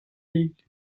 league